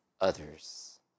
others